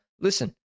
Listen